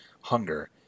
hunger